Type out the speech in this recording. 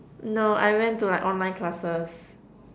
no I went to like online classes